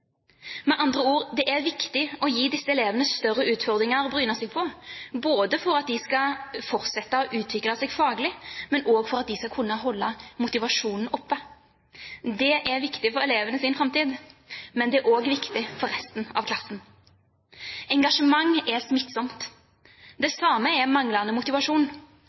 Med andre ord: Det er viktig å gi disse elevene større utfordringer å bryne seg på, både for at de skal fortsette å utvikle seg faglig, og for at de skal holde motivasjonen oppe. Det er viktig for elevenes egen framtid, men det er også viktig for resten av klassen. Engasjement er smittsomt. Det samme er manglende motivasjon.